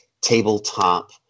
tabletop